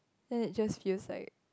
then it just feels like